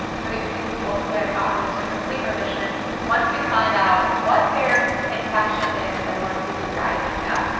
so, we've seen people who have gotten into complete remission once we find out what their infection is and once we irradiate that.